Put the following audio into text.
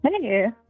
hey